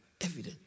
Evident